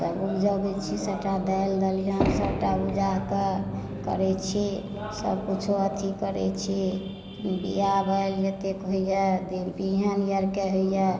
सब उपजबय छी सबटा दलि दलहन सटा उपजाके करय छी सब किछु अथी करय छी बीया बैल जतेक होइए होइए